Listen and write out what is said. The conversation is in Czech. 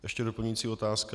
Ještě je doplňující otázka.